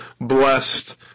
blessed